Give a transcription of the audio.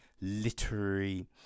literary